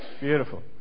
Beautiful